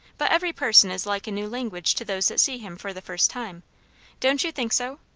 but every person is like a new language to those that see him for the first time don't you think so?